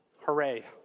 hooray